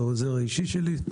הוא העוזר האישי שלי,